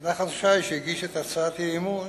חבר הכנסת נחמן שי, שהגיש את הצעת האי-אמון,